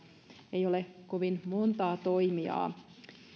ole kovin montaa toimijaa